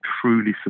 truly